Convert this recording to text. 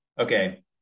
Okay